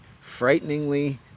frighteningly